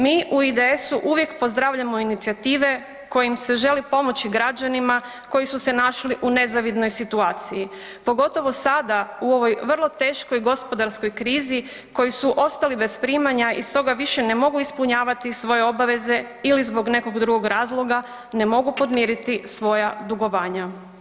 Mi u IDS-u uvijek pozdravljamo inicijative kojim se želi pomoći građanima koji su se našli u nezavidnoj situaciji, pogotovo sada u ovoj vrlo teškoj gospodarskoj krizi koji su ostali bez primanja i stoga više ne mogu ispunjavati svoje obaveze ili zbog nekog drugog razloga ne mogu podmiriti svoja dugovanja.